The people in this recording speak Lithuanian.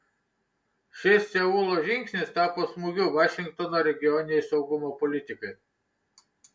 šis seulo žingsnis tapo smūgiu vašingtono regioninei saugumo politikai